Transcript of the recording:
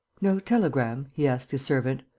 no telegram? he asked his servant.